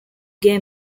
gay